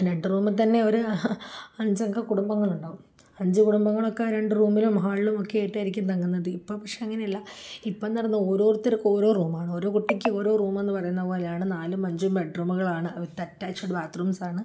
രണ്ടു റൂമില്ത്തന്നെ ഒരു അഞ്ചംഗ കുടുംബങ്ങളുണ്ടാവും അഞ്ചു കുടുംബങ്ങളൊക്കെ ആ രണ്ട് റൂമിലും ഹാളിലും ഒക്കെ ആയിട്ടായിരിക്കും തങ്ങുന്നത് ഇപ്പോള് പക്ഷെ അങ്ങനെയല്ല ഇപ്പോഴെന്നു പറയുന്നത് ഓരോരുത്തർക്ക ഓരോ റൂമാണ് ഓരോ കുട്ടിക്ക് ഓരോ റൂമെന്നു പറയുന്നതു പോലെയാണ് നാലും അഞ്ചും ബെഡ്റൂമുകളാണ് വിത്ത് അറ്റാച്ച്ഡ് ബാത്ത്റൂംസ്സാണ്